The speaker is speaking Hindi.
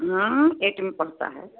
एट में पढ़ता है